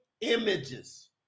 images